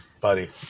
buddy